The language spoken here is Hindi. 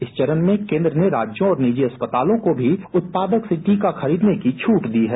इस चरण में केन्द्र ने राज्यों और निजी अस्पतालों को भी उत्पादक से टीका खरीदने का भी छूट दी है